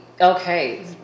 Okay